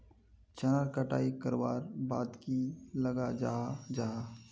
चनार कटाई करवार बाद की लगा जाहा जाहा?